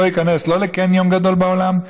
לא ייכנס לא לקניון גדול בעולם,